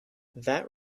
that